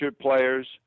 players